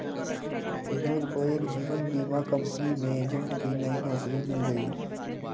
विनोद को एक जीवन बीमा कंपनी में एजेंट की नई नौकरी मिल गयी